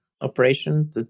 operation